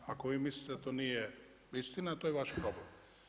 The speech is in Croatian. Ako vi mislite da to nije istina, to je vaš problem.